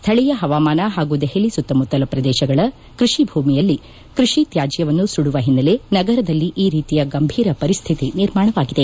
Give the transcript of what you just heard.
ಸ್ಥಳೀಯ ಪವಾಮಾನ ಹಾಗೂ ದೆಹಲಿ ಸುತ್ತಮುತ್ತಲ ಪ್ರದೇಶಗಳ ಕೃಷಿ ಭೂಮಿಯಲ್ಲಿ ಕೃಷಿ ತ್ವಾಜ್ವವನ್ನು ಸುಡುವ ಹಿನ್ನೆಲೆ ನಗರದಲ್ಲಿ ಈ ರೀತಿಯ ಗಂಭೀರ ಪರಿಸ್ವಿತಿ ನಿರ್ಮಾಣವಾಗಿದೆ